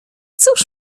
cóż